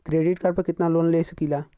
Credit card पर कितनालोन ले सकीला?